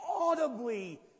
audibly